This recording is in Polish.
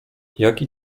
jaki